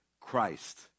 Christ